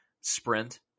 sprint